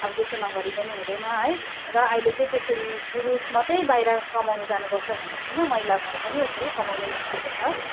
अब त्यसो नगरी पनि हुँदैन है र अहिले चाहिँ त्यसरी पुरुष मात्रै बाहिर कमाउनु जानु पर्छ भन्ने छैन महिलाहरू पनि यसरी कमाउनु निस्केको छ